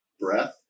Breath